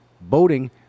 boating